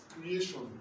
creation